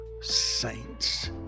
saints